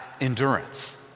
endurance